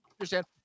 understand